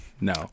No